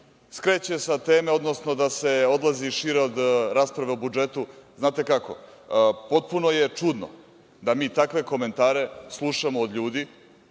skreće sa teme, odnosno da se odlazi šire od rasprave o budžetu, znate kako, potpuno je čudno da mi takve komentare slušamo od ljudi